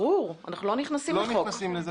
ברור, אנחנו לא נכנסים לחוק.